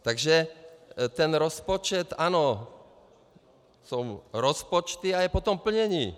Takže ten rozpočet, ano, jsou rozpočty a je potom plnění.